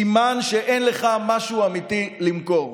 סימן שאין לך משהו אמיתי למכור.